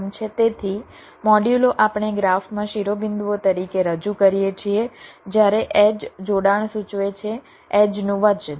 તેથી મોડ્યુલો આપણે ગ્રાફમાં શિરોબિંદુઓ તરીકે રજૂ કરીએ છીએ જ્યારે એડ્જ જોડાણ સૂચવે છે એડ્જનું વજન